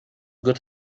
got